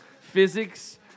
Physics